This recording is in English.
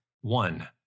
one